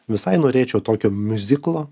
visai norėčiau tokio miuziklo